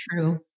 true